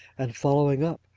and following up,